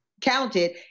counted